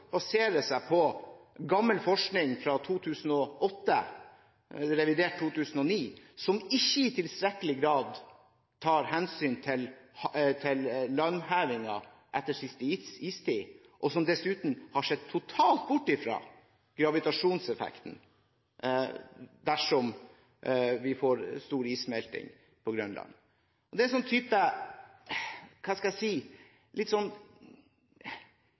basere seg på gammel forskning – fra 2008, revidert i 2009 – som ikke i tilstrekkelig grad tar hensyn til landhevingen etter siste istid, og som dessuten totalt har sett bort fra gravitasjonseffekten dersom vi får stor issmelting på Grønland. Det er – hva skal jeg si – et litt